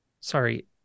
Sorry